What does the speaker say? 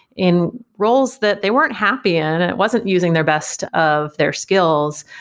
in roles that they weren't happy and and it wasn't using their best of their skills,